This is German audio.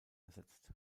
ersetzt